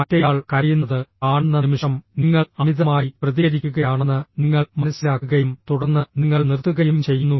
മറ്റേയാൾ കരയുന്നത് കാണുന്ന നിമിഷം നിങ്ങൾ അമിതമായി പ്രതികരിക്കുകയാണെന്ന് നിങ്ങൾ മനസ്സിലാക്കുകയും തുടർന്ന് നിങ്ങൾ നിർത്തുകയും ചെയ്യുന്നു